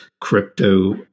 crypto